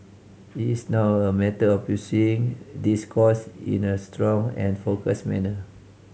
it is now a matter of pursuing this course in a strong and focused manner